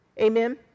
Amen